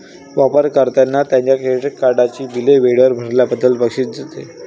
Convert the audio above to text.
वापर कर्त्यांना त्यांच्या क्रेडिट कार्डची बिले वेळेवर भरल्याबद्दल बक्षीस देते